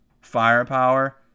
firepower